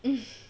mm